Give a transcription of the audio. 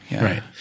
Right